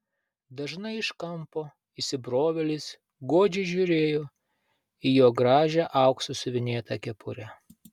dažnai iš kampo įsibrovėlis godžiai žiūrėjo į jo gražią auksu siuvinėtą kepurę